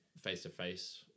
face-to-face